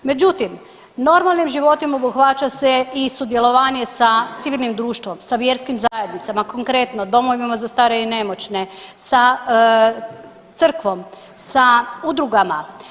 Međutim normalnim životom obuhvaća se i sudjelovanje sa civilnim društvom, sa vjerskim zajednicama, konkretno domovima za stare i nemoćne, sa crkvom, sa udrugama.